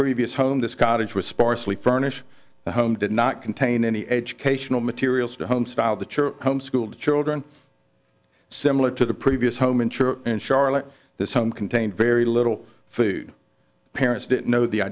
previous home this cottage was sparsely furnished the home did not contain any educational materials to home style the church home schooled children similar to the previous home and in charlotte this home contained very little food parents didn't know the